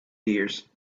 dears